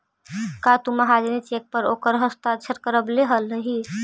का तु महाजनी चेक पर ओकर हस्ताक्षर करवले हलहि